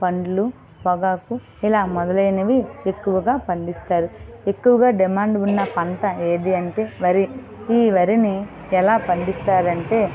పళ్ళు పొగాకు ఇలా మొదలైనవి ఎక్కువగా పండిస్తారు ఎక్కువగా డిమాండ్ ఉన్న పంట ఏది అంటే వరి ఈ వరిని ఎలా పండిస్తారు అంటే